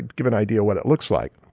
give an idea what it looks like.